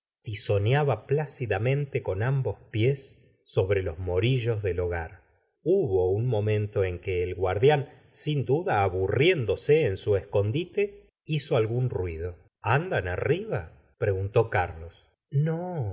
iña plácidamente con ambos pies sobre los morillos del hogar hubo un momento en que el guardián sin duda a burriéndose en su escondite hizo algún ruido andan arriba preguntó carlos no